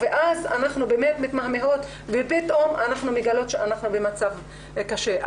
ואז אנחנו באמת מתמהמהות ופתאום אנחנו מגלות שאנחנו במצב קשה.